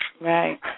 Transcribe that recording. Right